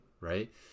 right